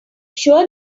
sure